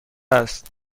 است